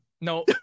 no